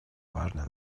важное